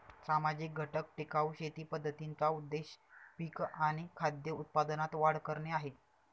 सामाजिक घटक टिकाऊ शेती पद्धतींचा उद्देश पिक आणि खाद्य उत्पादनात वाढ करणे आहे